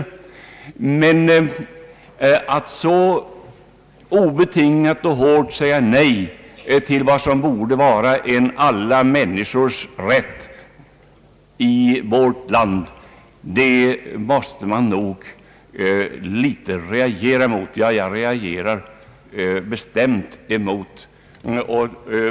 Man måste nog reagera bestämt — mot att det så obetingat och hårt sägs nej till vad som borde vara en alla människors rätt i vårt land.